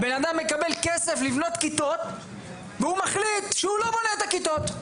הבנאדם מקבל כסף לבנות כיתות והוא מחליט שהוא לא בונה את הכיתות,